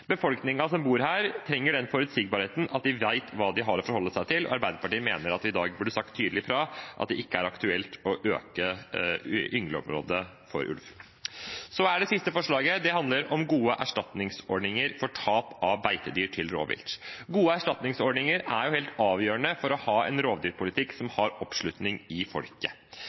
som bor her, trenger forutsigbarheten med at de vet hva de har å forholde seg til, og Arbeiderpartiet mener at vi i dag burde sagt tydelig fra om at det ikke er aktuelt å øke yngleområdet for bjørn. Det siste forslaget handler om gode erstatningsordninger for tap av beitedyr til rovvilt. Gode erstatningsordninger er helt avgjørende for å ha en rovdyrpolitikk som har oppslutning i folket.